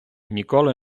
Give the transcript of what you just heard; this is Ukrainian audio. ніколи